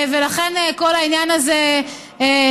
ולכן כל העניין הזה נשכח,